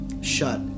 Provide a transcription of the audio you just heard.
shut